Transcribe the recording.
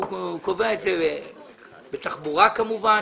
הוא קובע את זה בתחבורה כמובן,